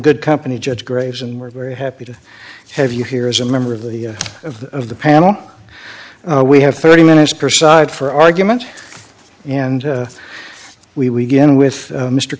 good company judge graves and we're very happy to have you here as a member of the of the panel we have thirty minutes per side for argument and we we get on with